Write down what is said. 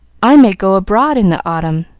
i may go abroad in the autumn.